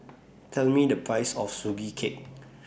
Tell Me The Price of Sugee Cake